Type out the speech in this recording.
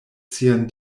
sian